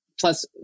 plus